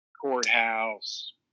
courthouse